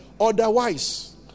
otherwise